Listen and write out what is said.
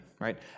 right